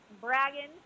bragging